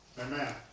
Amen